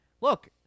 look